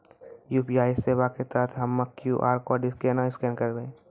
UPI सेवा के तहत हम्मय क्यू.आर कोड केना स्कैन करबै?